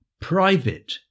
private